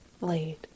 laid